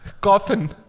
Coffin